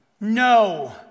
No